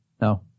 No